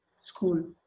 School